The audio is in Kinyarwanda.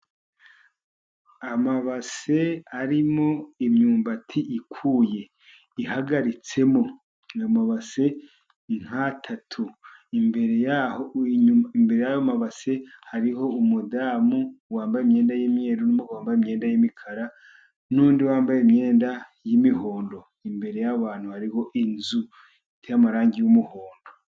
Amabase arimo imyumbati ikuye ihagaritsemo ni amabase nk'atatu, imbere y'aho imbere yayo mabase hariho umudamu wambaye imyenda y'imyeru, n'umugabo wambaye imyenda y'imikara n'undi wambaye imyenda y'imihondo. imbere yabo bantu hariho inzu iteye amarangi y'umuhondo.